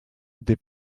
des